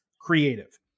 creative